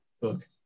book